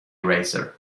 razor